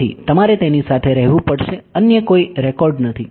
તેથી તમારે તેની સાથે રહેવું પડશે અન્ય કોઈ રેકોર્ડ નથી